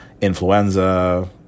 influenza